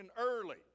early